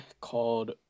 called